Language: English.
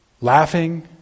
laughing